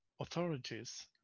authorities